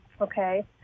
okay